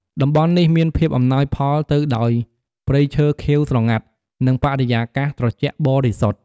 តំបន់នេះមានភាពអំណោយផលទៅដោយព្រៃឈើខៀវស្រងាត់ និងបរិយាកាសត្រជាក់បរិសុទ្ធ។